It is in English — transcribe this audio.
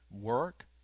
work